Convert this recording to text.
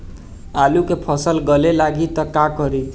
आलू के फ़सल गले लागी त का करी?